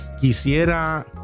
quisiera